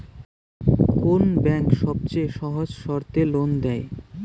কোন ব্যাংক সবচেয়ে সহজ শর্তে লোন দেয়?